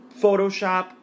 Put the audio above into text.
Photoshop